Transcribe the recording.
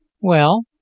Well